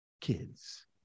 kids